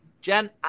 Jen